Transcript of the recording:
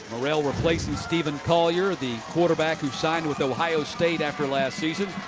morrell replacing steven collier, the quarterback who signed with ohio state after last season.